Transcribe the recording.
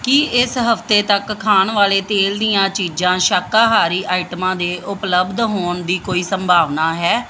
ਕੀ ਇਸ ਹਫ਼ਤੇ ਤੱਕ ਖਾਣ ਵਾਲੇ ਤੇਲ ਦੀਆਂ ਚੀਜ਼ਾਂ ਸ਼ਾਕਾਹਾਰੀ ਆਈਟਮਾਂ ਦੇ ਉਪਲੱਬਧ ਹੋਣ ਦੀ ਕੋਈ ਸੰਭਾਵਨਾ ਹੈ